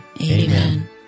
Amen